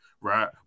Right